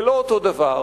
זה לא אותו דבר,